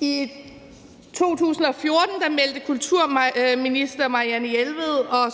I 2014 meldte kulturminister Marianne Jelved og